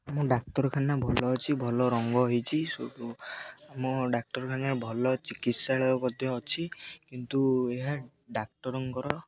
ଆମ ଡାକ୍ତରଖାନା ଭଲ ଅଛି ଭଲ ରଙ୍ଗ ହେଇଛି ଆମ ଡାକ୍ତରଖାନା ଭଲ ଚିକିତ୍ସାଳୟ ମଧ୍ୟ ଅଛି କିନ୍ତୁ ଏହା ଡାକ୍ତରଙ୍କର